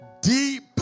deep